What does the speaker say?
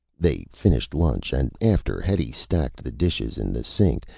they finished lunch and, after hetty stacked the dishes in the sink,